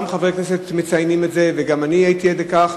גם חברי כנסת מציינים את זה וגם אני הייתי עד לכך,